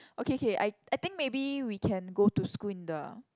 okay okay I I think maybe we can go to school in the